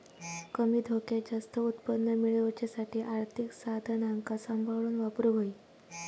कमी धोक्यात जास्त उत्पन्न मेळवच्यासाठी आर्थिक साधनांका सांभाळून वापरूक होई